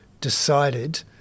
decided